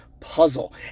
puzzle